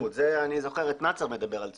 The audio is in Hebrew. אני זוכר את נאצר מדבר על צומוד.